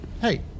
Hey